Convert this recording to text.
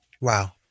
Wow